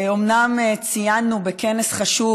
אומנם ציינו בכנס חשוב,